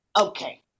Okay